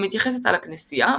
המתייחסת על הכנסייה,